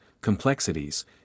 complexities